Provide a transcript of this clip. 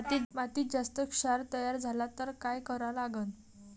मातीत जास्त क्षार तयार झाला तर काय करा लागन?